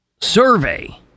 survey